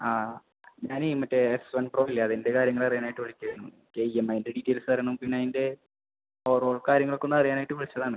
ആ ഞാൻ ഈ മറ്റേ എസ് വൺ പ്രോ ഇല്ലേ അതിൻ്റെ കാര്യങ്ങൾ അറിയാനായിട്ട് വിളിച്ചതായിരുന്നു ഇ എം ഐയിൻ്റെ ഡീറ്റെയിൽസ് തരണം പിന്നെ അതിൻ്റെ ഓവറോൾ കാര്യങ്ങളൊക്കെ ഒന്ന് അറിയാനായിട്ട് വിളിച്ചതാണ്